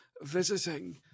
visiting